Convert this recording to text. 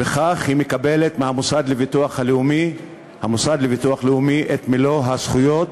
וכך היא מקבלת מהמוסד לביטוח לאומי את מלוא הזכויות